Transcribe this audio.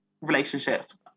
relationships